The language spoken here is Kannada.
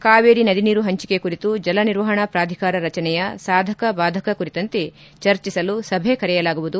ಕಾವೇರಿ ನದಿ ನೀರು ಹಂಚಿಕೆ ಕುರಿತು ಜಲ ನಿರ್ವಹಣಾ ಪ್ರಾಧಿಕಾರ ರಚನೆಯ ಸಾಧಕ ಬಾಧಕ ಕುರಿತಂತೆ ಚರ್ಚಿಸಲು ಸಭೆ ಕರೆಯಲಾಗುವುದು